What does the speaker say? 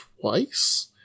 twice